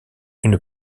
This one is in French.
une